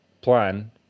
plan